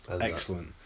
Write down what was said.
Excellent